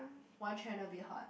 one channel a bit hard